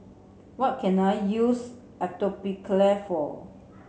what can I use Atopiclair for